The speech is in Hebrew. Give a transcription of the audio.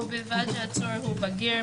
ובלבד שהעצור הוא בגיר,